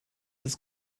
his